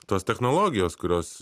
tos technologijos kurios